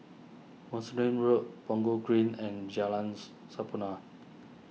Road Punggol Green and Jalan's Sampurna